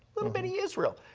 little bitty israel.